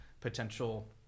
potential